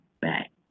back